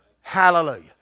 Hallelujah